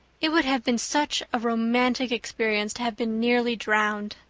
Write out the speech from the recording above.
it would have been such a romantic experience to have been nearly drowned.